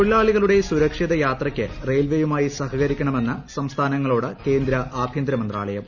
തൊഴിലാളികളുടെ സൂരക്ഷിത യാത്രയ്ക്ക് റയിൽവേയുമായി സഹകരിക്കണമെന്ന് സംസ്ഥാനങ്ങളോട് കേന്ദ്ര ആഭ്യന്തര മന്ത്രാലയം